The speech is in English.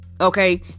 Okay